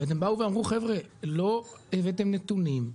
הם באו ואמרו שלא הובאו נתונים,